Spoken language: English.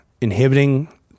inhibiting